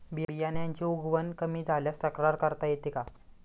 बियाण्यांची उगवण कमी झाल्यास तक्रार करता येते का?